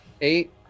Eight